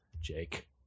Jake